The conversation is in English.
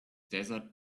desert